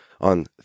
on